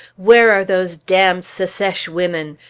where are those damned secesh women?